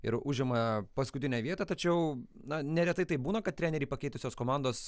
ir užima paskutinę vietą tačiau na neretai taip būna kad trenerį pakeitusios komandos